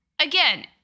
again